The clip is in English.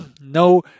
no